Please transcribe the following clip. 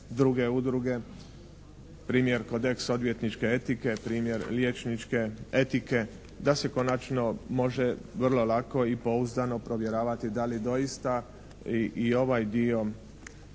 druge udruge primjer kodeks odvjetničke etike, primjer liječničke etike, da se konačno može vrlo lako i pouzdano provjeravati da li doista i ovaj dio